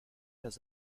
has